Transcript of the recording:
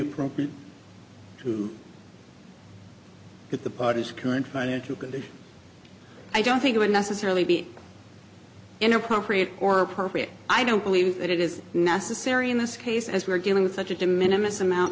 appropriate to get the parties current financial condition i don't think it would necessarily be in appropriate or appropriate i don't believe that it is necessary in this case as we are dealing with such a